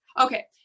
Okay